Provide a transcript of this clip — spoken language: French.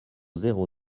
zéro